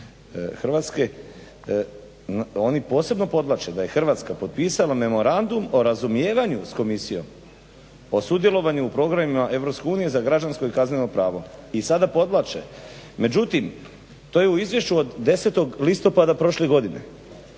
Hrvatske, oni posebno podvlače da je Hrvatska potpisala Memorandum o razumijevanju s komisijom, o sudjelovanju u programima Europske unije za građansko i kazneno pravo i sada podvlače. Međutim, to je u Izvješću od 10. listopada prošle godine.